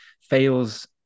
fails